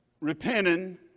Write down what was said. repenting